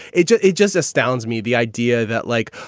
it just it just astounds me. the idea that like,